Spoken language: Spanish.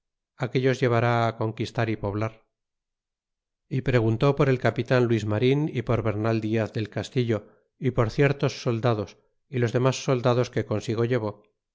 aquellos llevará á conquistar y poblar y preguntó por el capitan luis marin e por bernal haz del castillo y por ciertos soldados é los demas soldados que consigo llevó